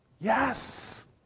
Yes